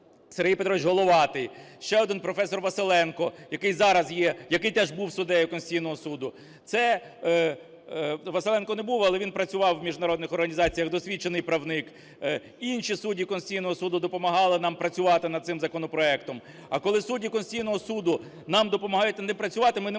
Сергій Петрович Головатий. Ще один професор Василенко, який зараз є, який теж був суддею Конституційного Суду. Василенко не був, але він працював у міжнародних організаціях, досвідчений правник. Інші судді Конституційного Суду допомагали нам працювати над цим законопроектом. А коли судді Конституційного Суду нам допомагають над ним працювати, ми не можемо